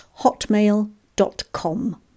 hotmail.com